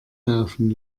laufen